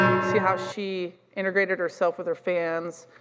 see how she integrated herself with her fans.